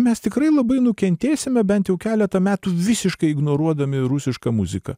mes tikrai labai nukentėsime bent jau keletą metų visiškai ignoruodami rusišką muziką